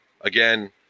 again